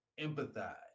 empathize